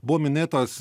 buvo minėtos